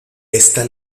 esta